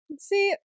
See